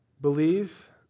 believe